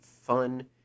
fun